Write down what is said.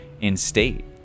instate